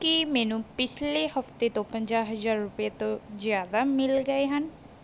ਕੀ ਮੈਨੂੰ ਪਿਛਲੇ ਹਫ਼ਤੇ ਤੋਂ ਪੰਜਾਹ ਹਜ਼ਾਰ ਰੁਪਏ ਤੋਂ ਜ਼ਿਆਦਾ ਮਿਲ ਗਏ ਹਨ